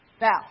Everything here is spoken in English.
Now